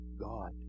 God